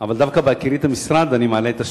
אבל דווקא בהכירי את המשרד אני מעלה את הסוגיה,